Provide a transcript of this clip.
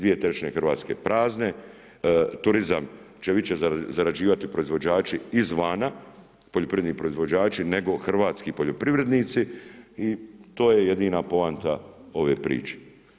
2/3 Hrvatske prazne, turizam će više zarađivati proizvođači izvana, poljoprivredni proizvođači nego hrvatski poljoprivrednici i to je jedina poanta ove priče.